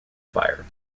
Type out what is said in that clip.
fire